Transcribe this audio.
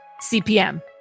CPM